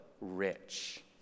rich